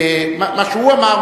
על מה שהוא אמר,